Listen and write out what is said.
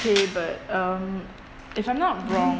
but um if I'm not wrong